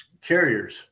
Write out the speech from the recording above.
carriers